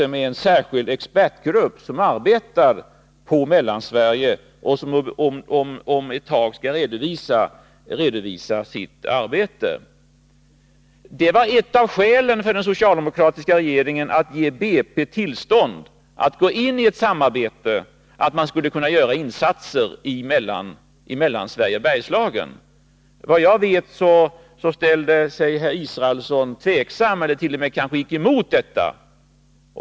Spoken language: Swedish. Det finns också en särskild expertgrupp som arbetar med Mellansveriges problem och som om ett tag skall redovisa resultatet av sitt arbete. Ett av skälen för den socialdemokratiska regeringen att ge BP tillstånd att gå in i ett samarbete var att företaget skulle kunna göra insatser i Mellansverige och Bergslagen. Vad jag vet ställde sig herr Israelsson tveksam till, eller gick kanske t.o.m. emot, den åtgärden.